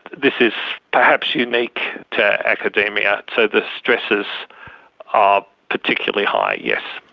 this is perhaps unique to academia, so the stresses are particularly high, yes.